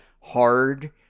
hard